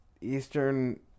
Eastern